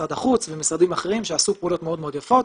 משרד החוץ ומשרדים אחרים שעשו פעולות מאוד מאוד יפות.